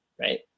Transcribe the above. right